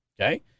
Okay